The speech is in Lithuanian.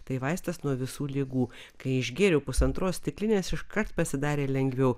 tai vaistas nuo visų ligų kai išgėriau pusantros stiklinės iškart pasidarė lengviau